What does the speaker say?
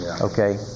okay